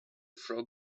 throw